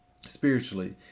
spiritually